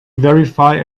verify